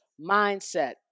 mindset